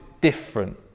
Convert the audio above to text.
different